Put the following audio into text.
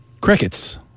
Crickets